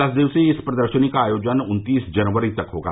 दस दिवसीय इस प्रदर्शनी का आयोजन उन्तीस जनवरी तक होगा